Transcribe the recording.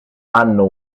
hanno